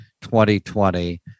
2020